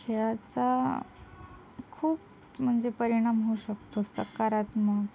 खेळाचा खूप म्हणजे परिणाम होऊ शकतो सकारात्मक